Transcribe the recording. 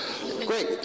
Great